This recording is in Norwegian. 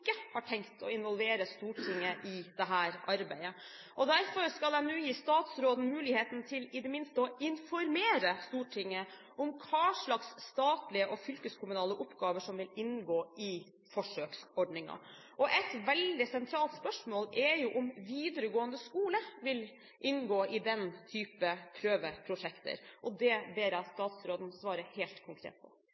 har tenkt å involvere Stortinget i dette arbeidet. Derfor skal jeg nå gi statsråden muligheten til i det minste å informere Stortinget om hva slags statlige og fylkeskommunale oppgaver som vil inngå i forsøksordningen. Et veldig sentralt spørsmål er om videregående skole vil inngå i den type prøveprosjekter, og det ber jeg statsråden svare helt konkret på.